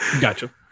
Gotcha